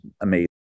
amazing